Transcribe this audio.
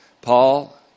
Paul